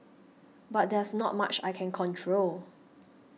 but there's not much I can control